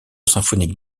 symphonique